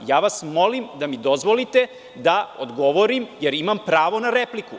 Molim vas, da mi dozvolite da odgovorim jer imam pravo na repliku.